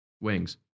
wings